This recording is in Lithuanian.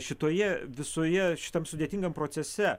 šitoje visoje šitam sudėtingam procese